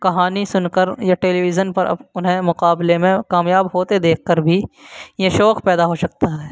کہانی سن کر یا ٹیلی ویژن پر انہیں مقابلے میں کامیاب ہوتے دیکھ کر بھی یہ شوق پیدا ہو سکتا ہے